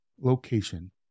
location